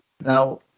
Now